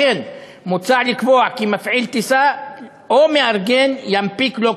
לכן מוצע לקבוע כי מפעיל טיסה או מארגן ינפיק אותו,